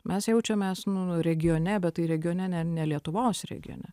mes jaučiamės nu regione bet tai regione ne ne lietuvos regione